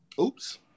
Oops